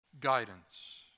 guidance